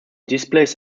displays